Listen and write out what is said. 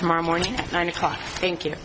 tomorrow morning nine o'clock thank you